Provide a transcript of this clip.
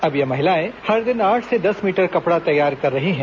अब ये महिलाएं हर दिन आठ से दस मीटर कपड़ा तैयार कर रही हैं